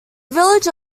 village